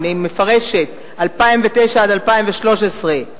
אני מפרשת: 2009 2013,